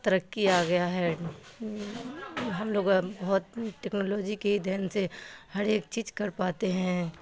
ترقی آ گیا ہے ہم لوگ بہت ٹیکنالوجی کے ہی دین سے ہر ایک چیز کر پاتے ہیں